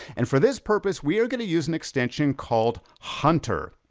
and for this purpose, we're gonna use an extension called hunter.